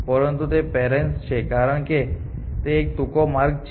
પરંતુ તે પેરેન્ટ્સ છે કારણ કે તે એક ટૂંકો માર્ગ છે છે